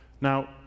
Now